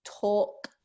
talk